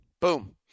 Boom